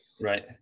Right